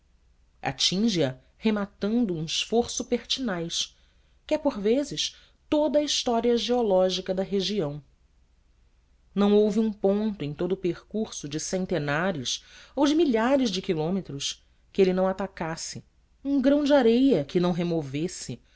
atinge a rematando um esforço pertinaz que é por vezes toda a história geológica da região não houve um ponto em todo o percurso de centenares ou de milhares de quilômetros que ele não atacasse um grão de areia que não removesse